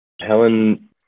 Helen